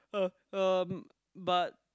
uh um but